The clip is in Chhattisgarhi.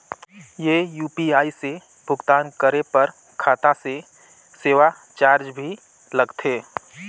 ये यू.पी.आई से भुगतान करे पर खाता से सेवा चार्ज भी लगथे?